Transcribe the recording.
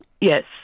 Yes